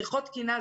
מפתחות תקינה,